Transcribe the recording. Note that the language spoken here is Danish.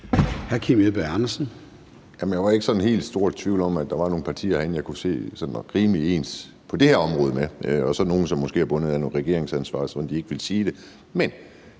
meget i tvivl om, at der var nogle partier herinde, jeg kunne se sådan rimelig ens på det her område med. Og så er der nogle, som måske er bundet af noget regeringsansvar, så de ikke vil sige det.